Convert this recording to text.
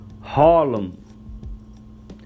Harlem